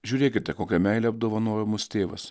žiūrėkite kokia meile apdovanojo mus tėvas